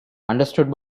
understood